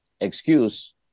excuse